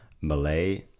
Malay